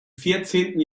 vierzehnten